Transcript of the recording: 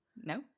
No